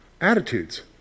Attitudes